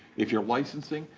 if you're licensing,